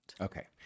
Okay